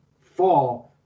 fall